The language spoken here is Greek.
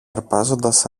αρπάζοντας